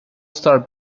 starr